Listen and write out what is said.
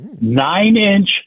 nine-inch